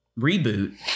reboot